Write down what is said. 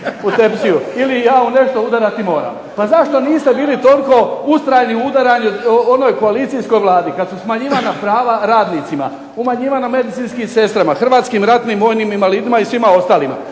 u tepsiju" ili "Ja u nešto udarati moram".Pa zašto niste bili toliko ustrajni u udaranju onoj koalicijskoj Vladi kad su smanjivana prava radnicima, umanjivano medicinskim sestrama, hrvatskim ratnim vojnim invalidima i svima ostalima.